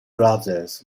brothers